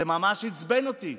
זה ממש עצבן אותי.